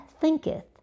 thinketh